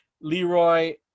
Leroy